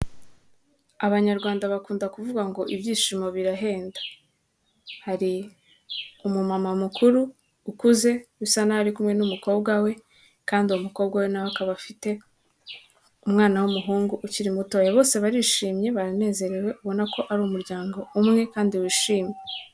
Abanyarwanda bakunda kuvuga ngo ibyishimo birahenda. Hari umumama mukuru ukuze bisa nk'aho ari kumwe n'umukobwa we, kandi uwo mukobwa we nawe akaba afite umwana w'umuhungu ukiri muto, bose barishimye baranezerewe ubona ko ari umuryango umwe kandi wishimye.